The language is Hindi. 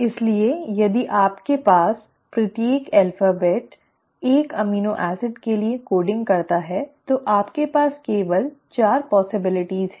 इसलिए यदि आपके पास प्रत्येक वर्णमाला एक एमिनो एसिड के लिए कोडिंग करता है तो आपके पास केवल 4 संभावनाएं हैं